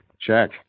Check